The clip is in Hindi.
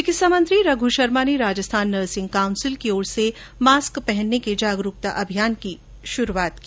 चिकित्सा मंत्री रघ् शर्मा ने राजस्थान नर्सिंग काउन्सिल की ओर से मास्क पहनने के जागरूकता अभियान का भी शुभारंभ किया